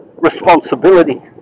responsibility